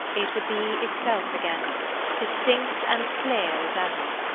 it would be itself again distinct and clear as ever.